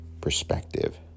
perspective